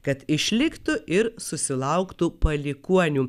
kad išliktų ir susilauktų palikuonių